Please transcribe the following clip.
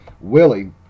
Willie